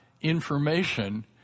information